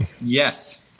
Yes